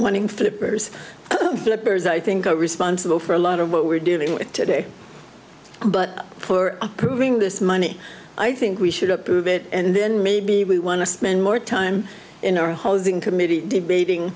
wanting flippers flippers i think are responsible for a lot of what we're dealing with today but for approving this money i think we should approve it and then maybe we want to spend more time in our hosing committee debating